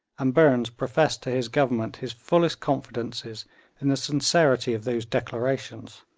and burnes professed to his government his fullest confidences in the sincerity of those declarations.